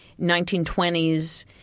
1920s